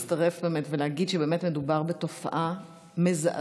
אני חייבת להצטרף באמת ולהגיד שבאמת מדובר בתופעה מזעזעת,